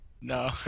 No